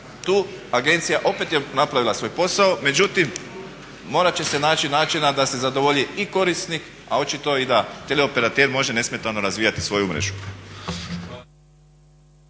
Tu agencija opet je napravila svoj posao, međutim morat će se naći način da se zadovolji i korisnik a očito i da tele operater može nesmetano razvijati svoju mrežu.